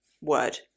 word